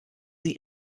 sie